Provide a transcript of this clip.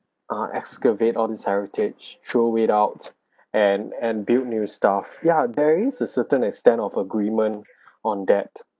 uh excavate all these heritage throw it out and and build new stuff ya there is a certain extent of agreement on that